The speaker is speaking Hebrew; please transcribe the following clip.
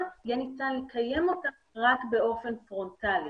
יהיה ניתן לקיים אותן רק באופן פרונטלי.